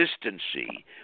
consistency